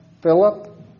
Philip